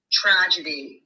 tragedy